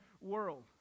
world